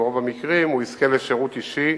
וברוב המקרים הוא יזכה לשירות אישי